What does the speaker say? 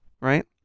Right